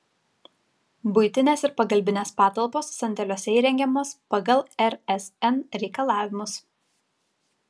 buitinės ir pagalbinės patalpos sandėliuose įrengiamos pagal rsn reikalavimus